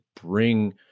bring